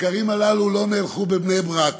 הסקרים הללו לא נערכו בבני-ברק